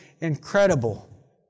incredible